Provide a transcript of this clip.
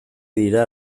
dira